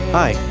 hi